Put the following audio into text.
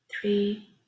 three